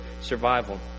survival